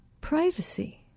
Privacy